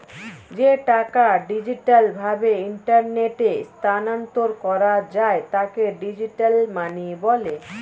যে টাকা ডিজিটাল ভাবে ইন্টারনেটে স্থানান্তর করা যায় তাকে ডিজিটাল মানি বলে